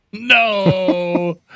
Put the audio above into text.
No